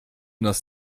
nas